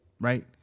right